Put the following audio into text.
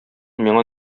миңа